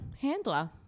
handler